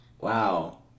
Wow